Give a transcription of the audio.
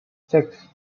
six